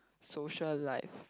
social life